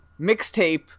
mixtape